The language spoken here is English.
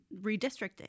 redistricting